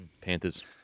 Panthers